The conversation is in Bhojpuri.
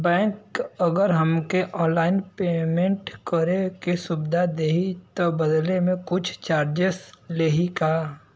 बैंक अगर हमके ऑनलाइन पेयमेंट करे के सुविधा देही त बदले में कुछ चार्जेस लेही का?